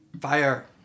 Fire